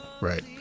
right